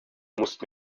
musst